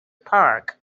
park